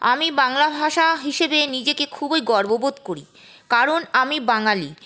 আমি বাংলা ভাষা হিসেবে নিজেকে খুবই গর্ব বোধ করি কারণ আমি বাঙালি